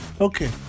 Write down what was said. Okay